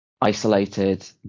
isolated